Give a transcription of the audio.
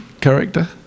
character